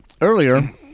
Earlier